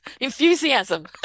Enthusiasm